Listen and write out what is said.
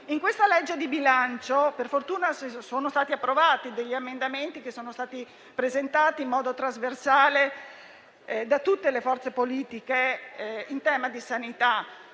In questa legge di bilancio, per fortuna, sono state approvate delle proposte emendative presentate in modo trasversale da tutte le forze politiche in tema di sanità: